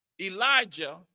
Elijah